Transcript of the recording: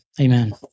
Amen